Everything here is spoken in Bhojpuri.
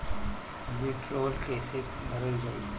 वीडरौल कैसे भरल जाइ?